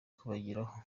kubageraho